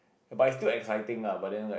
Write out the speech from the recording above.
but it's still exciting but then like